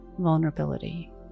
vulnerability